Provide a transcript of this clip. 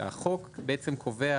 החוק בעצם קובע